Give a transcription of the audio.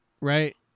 right